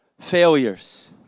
failures